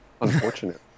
unfortunate